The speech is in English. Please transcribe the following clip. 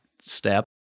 step